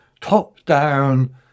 top-down